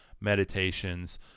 meditations